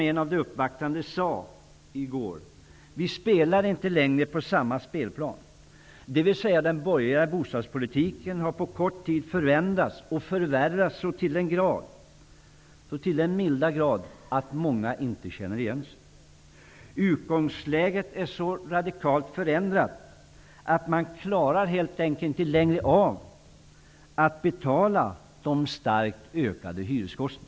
En av de uppvaktande sade i går: Vi spelar inte längre på samma spelplan, dvs. den borgerliga bostadspolitiken har på kort tid förändrats och förvärrats så till den milda grad att många inte känner igen sig. Utgångsläget är så radikalt förändrat att man helt enkelt inte längre klarar av att betala de starkt höjda hyrorna.